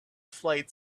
flight